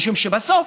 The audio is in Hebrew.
משום שבסוף,